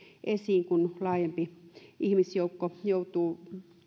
esiin kun laajempi ihmisjoukko joutuu